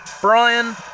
Brian